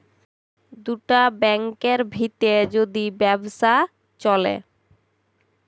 দুটা ব্যাংকের ভিত্রে যদি ব্যবসা চ্যলে